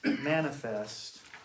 manifest